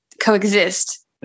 coexist